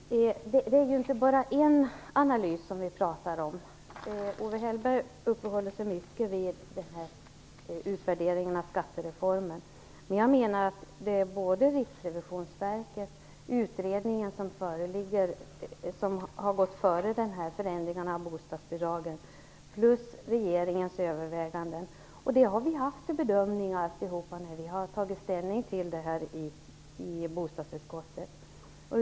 Herr talman! Det är inte bara en analys vi pratar om. Owe Hellberg uppehåller sig mycket vid utvärderingen av skattereformen. Jag menar att det är både Riksrevisionsverket och utredningen som har föregått förändringarna av bostadsbidragen, plus regeringens överväganden som vi har bedömt när vi i bostadsutskottet har tagit ställning till detta.